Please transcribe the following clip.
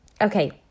okay